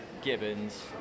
Gibbons